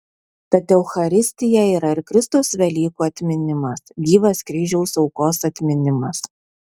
tad eucharistija yra ir kristaus velykų atminimas gyvas kryžiaus aukos atminimas